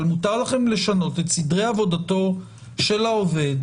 אבל מותר לכם לשנות את סדרי עבודתו של עובד,